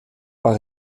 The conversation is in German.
war